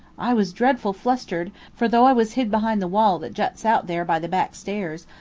i was dreadful flustered, for though i was hid behind the wall that juts out there by the back stairs,